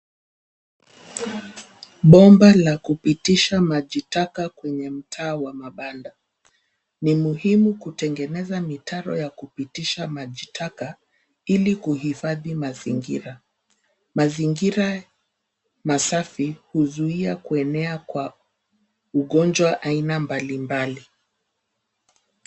Bomba la kupitisha maji taka kwenye mtaa wa mabanda. Ni muhimu kutengeneza mitaro ya kupitisha maji taka ili kuhifadhi mazingira. Mazingira masafi huzuia kuenea kwa ugonjwa aina mbali mbali.